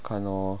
看 lor